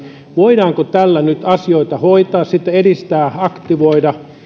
voidaanko tällä nyt asioita hoitaa sitten edistää aktivoida